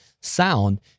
sound